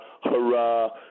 hurrah